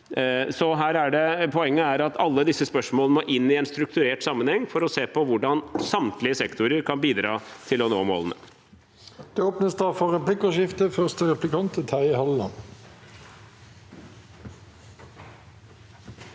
Poenget er at alle disse spørsmålene må inn i en strukturert sammenheng for at man kan se på hvordan samtlige sektorer kan bidra til å nå målene.